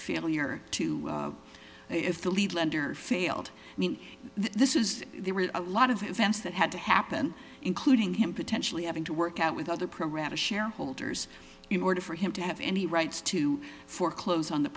two if the lead lender failed i mean this is there were a lot of events that had to happen including him potentially having to work out with other program to shareholders in order for him to have any rights to foreclose on the